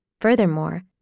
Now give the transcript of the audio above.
Furthermore